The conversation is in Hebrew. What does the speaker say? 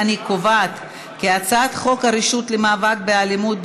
אני קובעת כי הצעת חוק הרשות למאבק באלימות,